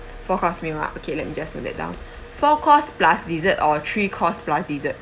four course meal ah okay let me just note that down four course plus dessert or three course plus dessert